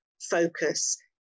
focus